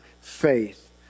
faith